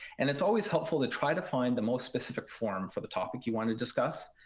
and it's always helpful to try to find the most specific form for the topic you want to discuss.